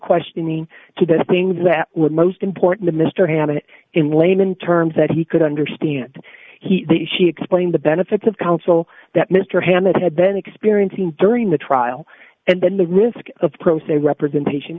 questioning to the things that would most important to mr hammett in layman terms that he could understand he she explained the benefits of counsel that mr hammett had been experiencing during the trial and then the risk of pro se representation